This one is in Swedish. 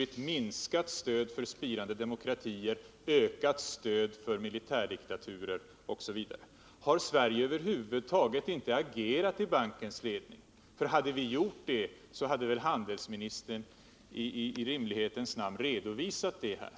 ett minskat stöd till spirande demokratier, ett ökat stöd till militärdiktaturer osv. Har Sverige över huvud taget inte agerat i bankens ledning? Hade vi gjort det, hade väl handelsministern i rimlighetens namn redovisat detta här?